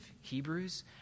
Hebrews